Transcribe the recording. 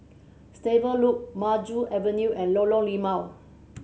Stable Loop Maju Avenue and Lorong Limau